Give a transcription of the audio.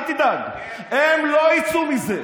אל תדאג, הם לא יצאו מזה.